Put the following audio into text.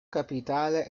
capitale